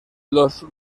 los